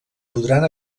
podran